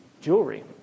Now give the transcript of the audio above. jewelry